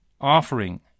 offering